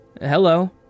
Hello